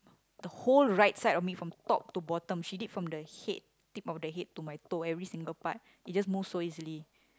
the whole right side of me from top to bottom she did from the head tip of the head to my toe every single part it just moves so easily